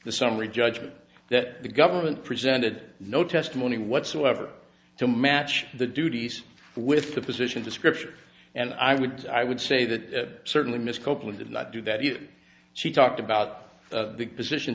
the summary judgment that the government presented no testimony whatsoever to match the duties with the position to scripture and i would i would say that certainly miss copeland did not do that you she talked about the position